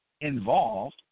involved